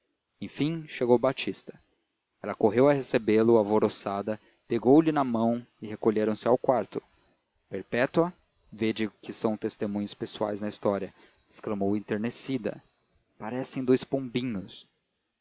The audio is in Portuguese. enfim chegou batista ela correu a recebê-lo alvoroçada pegou-lhe na mão e recolheram-se ao quarto perpétua vede o que são testemunhos pessoais na história exclamou enternecida parecem dous pombinhos